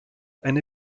eine